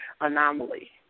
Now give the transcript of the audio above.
anomaly